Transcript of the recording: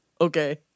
Okay